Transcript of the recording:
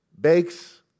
bakes